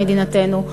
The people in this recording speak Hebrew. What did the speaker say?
במדינתנו,